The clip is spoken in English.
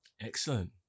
Excellent